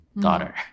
daughter